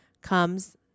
comes